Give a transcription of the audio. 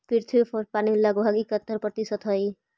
पृथ्वी पर पानी लगभग इकहत्तर प्रतिशत हई